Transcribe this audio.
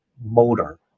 motor